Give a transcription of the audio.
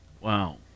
Wow